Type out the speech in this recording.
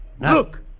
Look